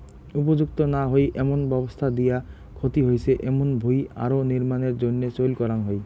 উপযুক্ত না হই এমন ব্যবস্থা দিয়া ক্ষতি হইচে এমুন ভুঁই আরো নির্মাণের জইন্যে চইল করাঙ হই